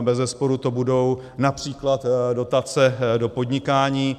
Bezesporu to budou například dotace do podnikání.